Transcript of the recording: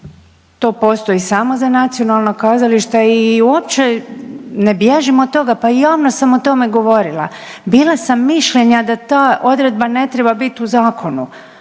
to postoji samo za nacionalna kazališta i uopće ne bježim od toga, pa i javno sam o tome govorila. Bila sam mišljenja da ta odredba ne treba biti u zakonu.